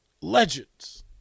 Legends